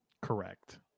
Correct